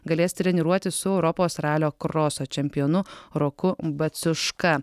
galės treniruotis su europos ralio kroso čempionu roku baciuška